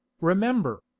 Remember